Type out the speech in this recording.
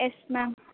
yes ma'am